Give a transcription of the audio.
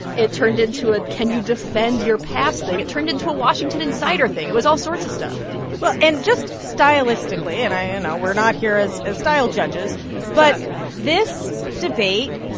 it turned into a can-you-defend-your-past thing. it turned into a washington insider thing. it was all sorts of stuff well, and just stylistically and i you and know, we're not here as as style judges but this debate,